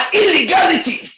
illegality